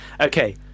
Okay